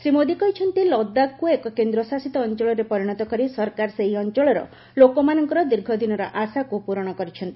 ଶ୍ରୀ ମୋଦୀ କହିଛନ୍ତି ଲଦାଖକୁ ଏକ କେନ୍ଦ୍ରଶାସିତ ଅଞ୍ଚଳରେ ପରିଣତ କରି ସରକାର ସେହି ଅଞ୍ଚଳର ଲୋକମାନଙ୍କର ଦୀର୍ଘଦିନର ଆଶାକୁ ପୂରଣ କରିଛନ୍ତି